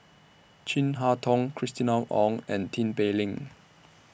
Chin Harn Tong Christina Ong and Tin Pei Ling